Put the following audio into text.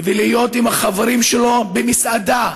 ולהיות עם החברים שלו במסעדה.